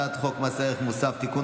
הצעת חוק מס ערך מוסף (תיקון,